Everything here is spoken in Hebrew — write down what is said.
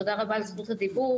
תודה רבה על זכות הדיבור,